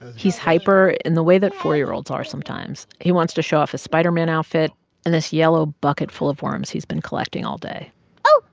he's hyper in the way that four year olds are sometimes. he wants to show off his spiderman outfit and this yellow bucket full of worms he's been collecting all day oh,